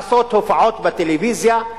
לעשות הופעות בטלוויזיה,